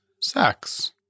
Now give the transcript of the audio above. sex